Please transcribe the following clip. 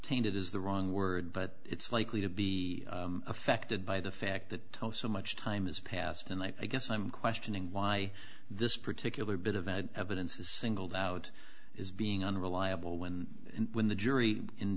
tainted is the wrong word but it's likely to be affected by the fact that so much time has passed and i guess i'm questioning why this particular bit of evidence is singled out is being unreliable when when the jury in